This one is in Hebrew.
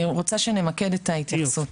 אני רוצה שנמקד את ההתייחסות.